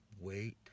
wait